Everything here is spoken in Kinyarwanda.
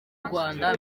rwanda